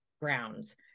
grounds